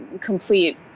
complete